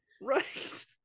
Right